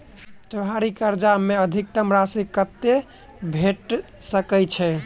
त्योहारी कर्जा मे अधिकतम राशि कत्ते भेट सकय छई?